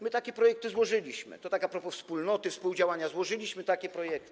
My takie projekty złożyliśmy, to tak a propos wspólnoty, współdziałania, złożyliśmy takie projekty.